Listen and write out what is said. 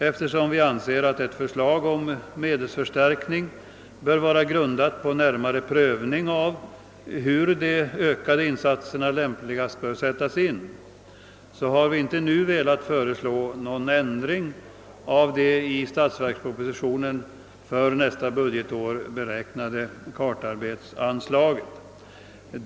Eftersom vi anser att ett förslag om medelsförstärkning bör vara grundat på närmare prövning av hur de ökade insatserna lämpligast bör sättas in, har vi inte nu velat föreslå någon ändring av det i statsverkspropositionen för nästa budgetår beräknade kartarbetsanslaget.